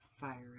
fire